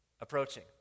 approaching